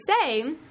say